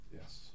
yes